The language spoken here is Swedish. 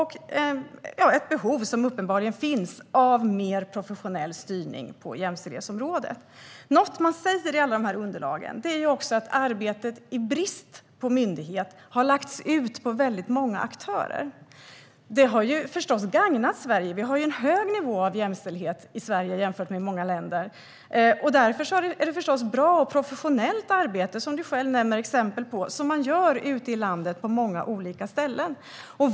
Det finns uppenbarligen ett behov av mer professionell styrning på jämställdhetsområdet. I alla underlagen sägs det att arbetet, i brist på en myndighet, har lagts ut på många aktörer. Det har förstås gagnat Sverige. Vi har en hög nivå av jämställdhet jämfört med många andra länder. Det görs alltså ett bra och professionellt arbete ute i landet, på många olika ställen. Du nämnde själv exempel på det.